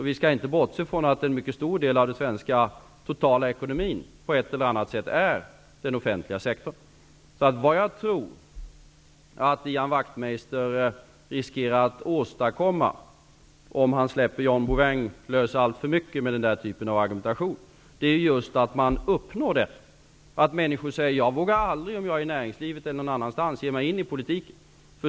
Vi skall inte bortse från att en mycket stor del av den totala svenska ekonomin är den offentliga sektorn. Jag tror att Ian Wachtmeister riskerar att åstadkomma -- om han släpper John Bouvin lös alltför mycket med denna typ av argumentation -- en situation där människor från näringslivet eller någon annanstans säger, att de aldrig kommer att våga ge sig in i politiken.